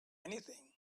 anything